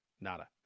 Nada